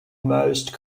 most